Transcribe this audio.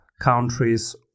countries